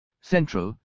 Central